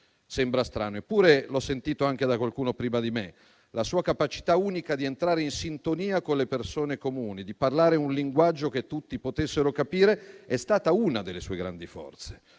sembra strano, eppure l'ho sentito anche da qualcuno prima di me: la sua capacità unica di entrare in sintonia con le persone comuni, di parlare un linguaggio che tutti potessero capire è stata una delle sue grandi forze,